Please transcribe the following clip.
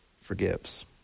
forgives